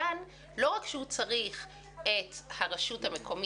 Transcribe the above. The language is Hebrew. וכאן לא רק שהוא צריך את הרשות המקומית